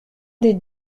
des